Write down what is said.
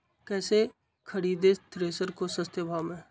कैसे खरीदे थ्रेसर को सस्ते भाव में?